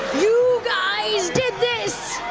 you guys did this!